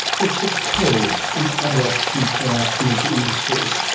looks at coal and other options for our energy industries,